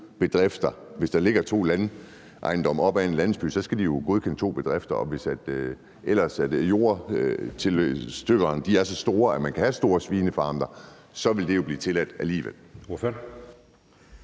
rammer en. Hvis der ligger to landejendomme i en landsby, skal en kommune jo godkende to bedrifter. Hvis jordstykkerne er så store, at man kan have store svinefarme, vil det jo blive tilladt alligevel.